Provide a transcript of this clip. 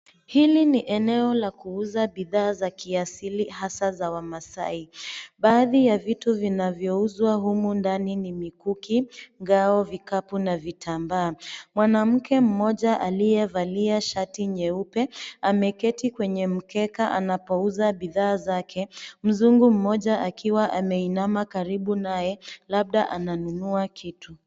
Hili ni eneo la kuuza bidhaa za kiasili, hasaa za wamasai. Baadhi ya vitu vinavyouzwa humu ndani ni mikuki, ngao vikapu na vitambaa. Mwanamke mmoja aliyevalia shati nyeupe ameketi kwenye mkeka anapouza bidhaa zake. Mzungu mmoja akiwa ameinama karibu naye labda ananunua kitu.